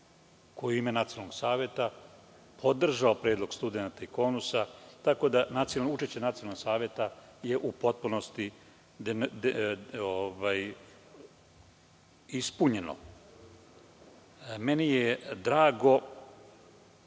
je u ime Nacionalnog saveta podržao predlog studenata i KONUSA, tako da je učešće Nacionalnog saveta u potpunosti ispunjeno. Meni je drago